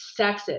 sexist